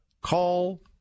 call